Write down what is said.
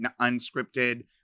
unscripted